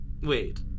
Wait